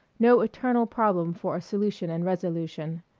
no eternal problem for a solution and resolution.